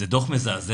זה דוח מזעזע.